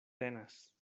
tenas